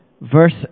verse